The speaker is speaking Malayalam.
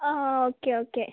uh okay okay